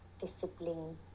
discipline